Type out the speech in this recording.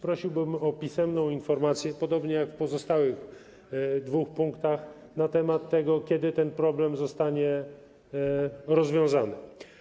Prosiłbym o pisemną informację, podobnie jak w pozostałych dwóch punktach, na temat tego, kiedy ten problem zostanie rozwiązany.